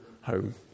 home